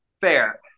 fair